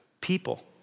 People